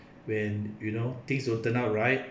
when you know things will turn out right